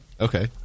okay